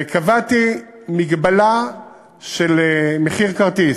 קבעתי מגבלה של מחיר כרטיס,